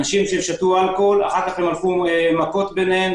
אנשים שם שתו אלכוהול ואחר כך הלכו מכות ביניהם,